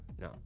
No